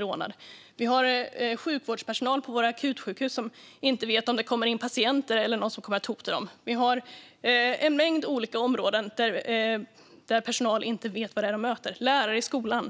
råna kaféet. Sjukvårdspersonal på våra akutsjukhus vet inte om det kommer in patienter eller andra som kommer att hota dem. Det finns en mängd olika områden där personalen inte vet vad det är de möter, som lärare i skolan.